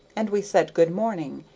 and we said good morning,